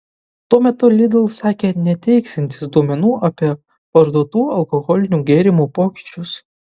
tuo metu lidl sakė neteiksiantys duomenų apie parduotų alkoholinių gėrimų pokyčius